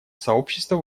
сообщества